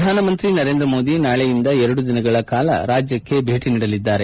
ಪ್ರಧಾನಮಂತ್ರಿ ನರೇಂದ್ರ ಮೋದಿ ನಾಳೆಯಿಂದ ಎರಡು ದಿನಗಳ ಕಾಲ ರಾಜ್ಯಕ್ಷೆ ಭೇಟಿ ನೀಡಲಿದ್ದಾರೆ